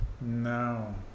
No